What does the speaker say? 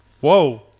Whoa